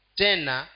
tena